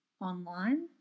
online